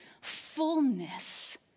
fullness